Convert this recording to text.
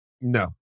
No